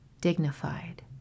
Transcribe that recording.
dignified